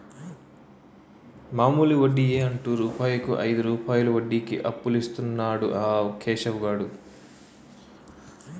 మామూలు వడ్డియే అంటు రూపాయికు ఐదు రూపాయలు వడ్డీకి అప్పులిస్తన్నాడు ఆ కేశవ్ గాడు